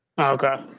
Okay